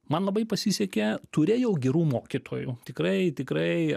man labai pasisekė turėjau gerų mokytojų tikrai tikrai